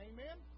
Amen